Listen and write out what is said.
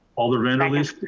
alder vanderleest,